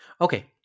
Okay